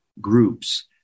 groups